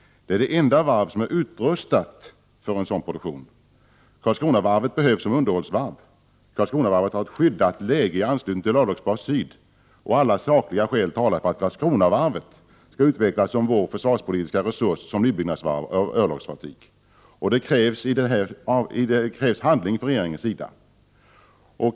Det är det enda varv som är utrustat för en sådan produktion. Karlskronavarvet behövs som underhållsvarv. Karlskronavarvet har ett skyddat läge i anslutning till örlogsbas syd. Alla sakliga skäl talar för att Karlskronavarvet skall utvecklas som försvarspolitisk resurs, som nybyggnadsvarv när det gäller örlogsfartyg. Det krävs handling från regeringens sida.